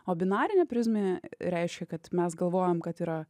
o binarinė prizmė reiškia kad mes galvojam kad yra